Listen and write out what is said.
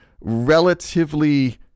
relatively